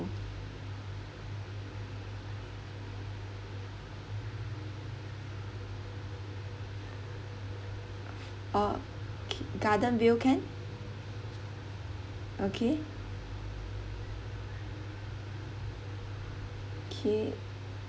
oh k~ garden view can okay okay